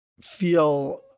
feel